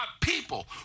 people